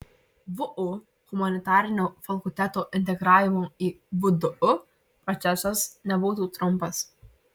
vu humanitarinio fakulteto integravimo į vdu procesas nebūtų trumpas